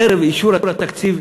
ערב אישור התקציב,